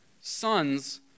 Sons